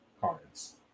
cards